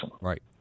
Right